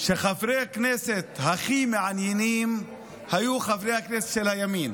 שחברי הכנסת הכי מעניינים היו חברי הכנסת של הימין.